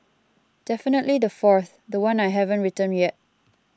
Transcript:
definitely the fourth the one I haven't written yet